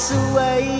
away